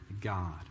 God